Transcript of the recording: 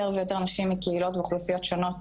ויותר נשים מקהילות ואוכלוסיות שונות,